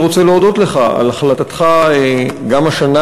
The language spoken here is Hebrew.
אני רוצה להודות לך על החלטתך לציין גם השנה